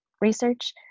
research